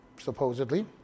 supposedly